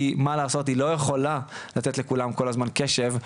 כי מה לעשות היא לא יכולה לתת לכולם כל הזמן קשב,